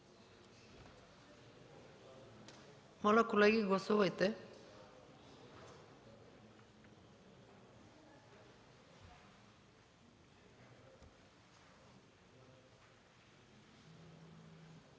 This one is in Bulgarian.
Моля, колеги, гласувайте.